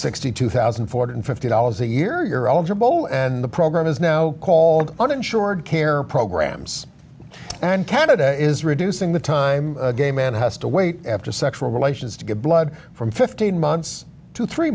sixty two thousand four hundred and fifty dollars a year your own your boat and the program is now called uninsured care programs and canada is reducing the time gay man has to wait after sexual relations to get blood from fifteen months to three